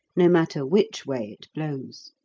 no matter which way it blows.